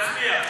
להצביע.